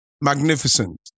magnificent